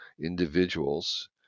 individuals